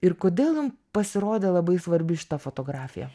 ir kodėl jum pasirodė labai svarbi šita fotografija